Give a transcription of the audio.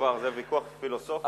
זה כבר ויכוח פילוסופי.